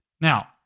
Now